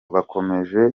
bakomeje